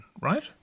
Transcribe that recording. Right